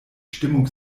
stimmung